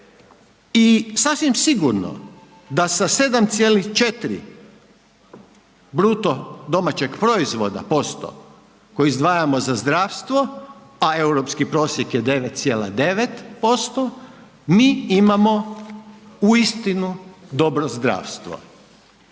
i sasvim sigurno da sa 7,4 bruto domaćeg proizvoda posto koji izdvajamo za zdravstvo, a europski prosjek je 9,9% mi imamo uistinu dobro zdravstvo.